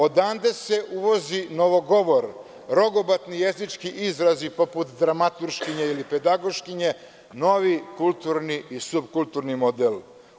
Odande se uvozi novogovor, rogobatni jezički izrazi poput dramaturškinje ili pedagoškinje, novi kulturni i supkulturni model.